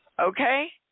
okay